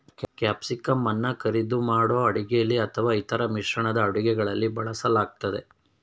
ಕ್ಯಾಪ್ಸಿಕಂಅನ್ನ ಕರಿದು ಮಾಡೋ ಅಡುಗೆಲಿ ಅಥವಾ ಇತರ ಮಿಶ್ರಣದ ಅಡುಗೆಗಳಲ್ಲಿ ಬಳಸಲಾಗ್ತದೆ